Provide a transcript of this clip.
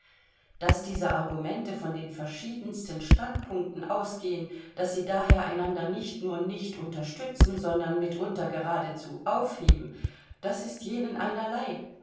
daß diese argumente von den verschiedensten standpunkten ausgehen daß sie daher einander nicht nur nicht unterstützen sondern mitunter geradezu aufheben das ist jenen einerlei